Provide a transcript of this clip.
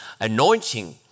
anointing